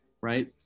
right